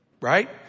Right